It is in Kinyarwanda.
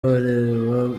abareba